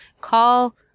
Call